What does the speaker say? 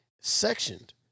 sectioned